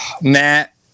Matt